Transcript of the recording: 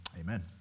amen